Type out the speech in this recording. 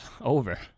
over